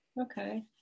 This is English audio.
okay